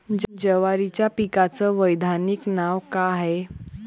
जवारीच्या पिकाचं वैधानिक नाव का हाये?